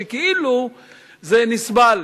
שכאילו זה נסבל,